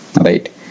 right